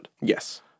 Yes